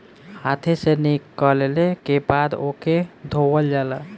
हाथे से निकलले के बाद ओके धोवल जाला